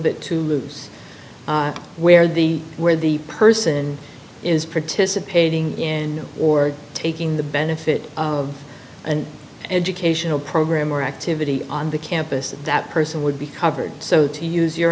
bit too loose where the where the person is participating in or taking the benefit of an educational program or activity on the campus and that person would be covered so to use your